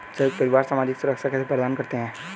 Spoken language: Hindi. संयुक्त परिवार सामाजिक सुरक्षा कैसे प्रदान करते हैं?